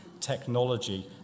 technology